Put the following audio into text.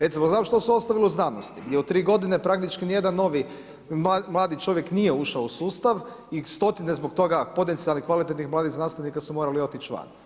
Recimo znam što se ostavilo u znanosti gdje u 3 godine praktički niti jedan novi mladi čovjek nije ušao u sustav i stotine zbog toga potencijalnih kvalitetnih mladih znanstvenika su morali otići van.